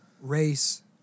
race